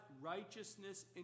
righteousness